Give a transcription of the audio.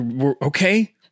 okay